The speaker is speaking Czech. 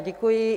Děkuji.